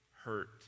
Hurt